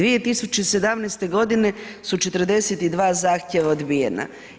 2017. g. su 42 zahtjeva odbijena.